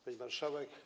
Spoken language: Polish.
Pani Marszałek!